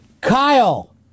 Kyle